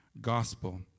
gospel